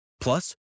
Plus